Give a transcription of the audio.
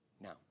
Now